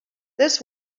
this